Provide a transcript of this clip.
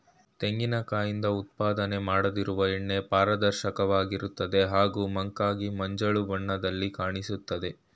ತೆಂಗಿನ ಕಾಯಿಂದ ಉತ್ಪಾದನೆ ಮಾಡದಿರುವ ಎಣ್ಣೆ ಪಾರದರ್ಶಕವಾಗಿರ್ತದೆ ಹಾಗೂ ಮಂಕಾಗಿ ಮಂಜಲು ಬಣ್ಣದಲ್ಲಿ ಕಾಣಿಸ್ತದೆ